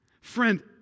Friend